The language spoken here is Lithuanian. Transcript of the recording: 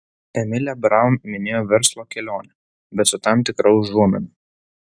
emilė braun minėjo verslo kelionę bet su tam tikra užuomina